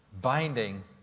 binding